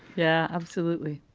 yeah, absolutely.